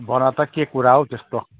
भन त के कुरा हौ त्यस्तो